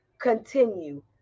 continue